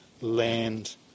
land